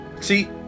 See